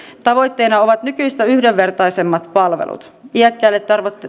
tavoitteena ovat nykyistä yhdenvertaisemmat palvelut iäkkäille